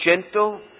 gentle